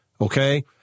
okay